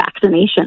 vaccination